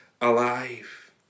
alive